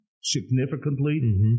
significantly